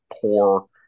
poor